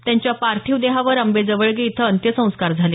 त्यांच्या पार्थिव देहावर आंबेजवळगे इथं अंत्यसंस्कार झाले